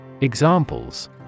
Examples